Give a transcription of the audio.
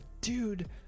dude